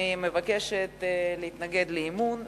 אני מבקשת להתנגד להצעת האי-אמון,